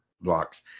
blocks